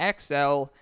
xl